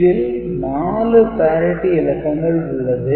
இதில் 4 parity இலக்கங்கள் உள்ளது